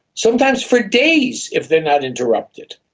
sometimes for days if they are not interrupted.